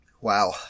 Wow